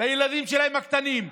לילדים הקטנים שלהם,